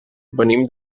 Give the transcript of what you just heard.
venim